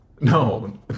No